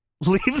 leave